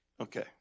Okay